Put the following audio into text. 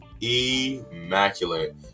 immaculate